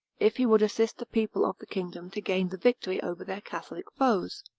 if he would assist the people of the kingdom to gain the victory over their catholic foes.